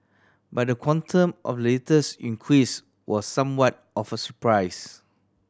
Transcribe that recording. but the quantum of the latest increase was somewhat of a surprise